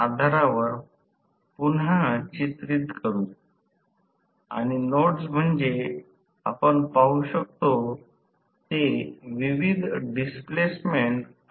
जर सर्किट बघितल तर हे जाणून घ्या की b भाग हवा पोकळी PG ओलांडून आलेला आहे जे मी स्पष्ट केले आहे ते b दिले आहे